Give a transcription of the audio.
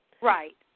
Right